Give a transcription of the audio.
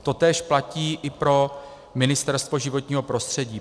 Totéž platí i pro Ministerstvo životního prostředí.